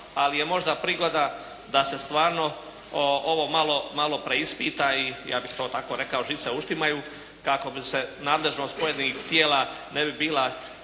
Ali je možda prigoda da se stvarno ovo malo preispita i ja bih to tako rekao žice uštimaju kako bi se nadležnost pojedinih tijela ne bi bila